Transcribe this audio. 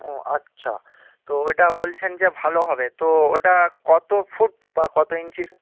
ও আচ্ছা তো এটা বলছেন যে ভালো হবে তো ওটা কত ফুট বা কত ইঞ্চির